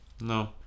No